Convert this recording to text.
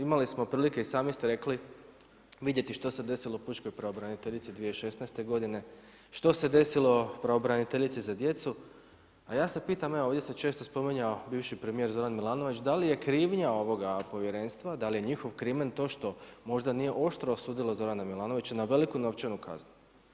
Imali smo prilike, i sami ste rekli, vidjeti što se desilo pučkoj pravobraniteljici 2016.g., što se desilo pravobraniteljici za djecu, a ja se pita, evo, ovdje se često spominjao bivši premjer Zoran Milanović, da li je krivnja ovoga povjerenstva, da li je njihov krimen, to što možda nije oštro osudila Zorana Milanovića na veliku novčanu kaznu.